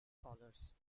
collars